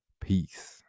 peace